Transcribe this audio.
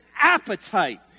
appetite